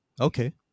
Okay